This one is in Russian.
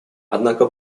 однако